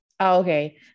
okay